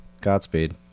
Godspeed